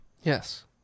Yes